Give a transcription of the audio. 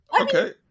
Okay